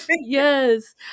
Yes